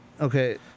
Okay